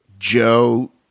Joe